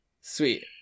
Sweet